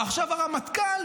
ועכשיו הרמטכ"ל,